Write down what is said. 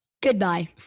Goodbye